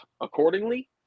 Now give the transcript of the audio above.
accordingly